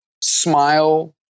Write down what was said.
smile